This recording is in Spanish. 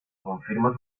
confirma